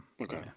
Okay